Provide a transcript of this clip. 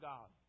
God